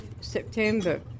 September